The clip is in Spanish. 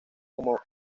como